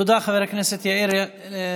תודה, חבר הכנסת יאיר לפיד.